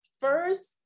First